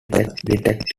detective